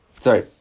Sorry